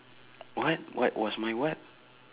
what what what's my what